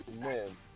men